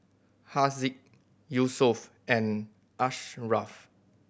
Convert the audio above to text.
Haziq Yusuf and Ashraff